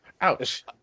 Ouch